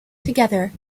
together